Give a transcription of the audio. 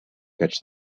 catch